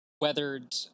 weathered